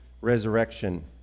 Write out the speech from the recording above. resurrection